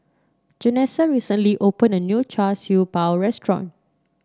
Janessa recently opened a new Char Siew Bao restaurant